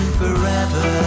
forever